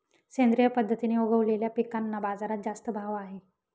सेंद्रिय पद्धतीने उगवलेल्या पिकांना बाजारात जास्त भाव आहे